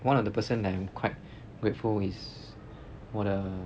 one of the person I'm quite grateful is 我的